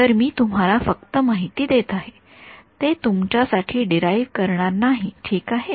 तर मी तुम्हाला फक्त माहिती देत आहे हे तुमच्यासाठी दिराएव्ह करणार नाही ठीक आहे